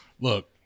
Look